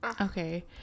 Okay